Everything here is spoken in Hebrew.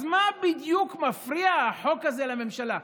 אז מה בדיוק מפריע החוק הזה לממשלה?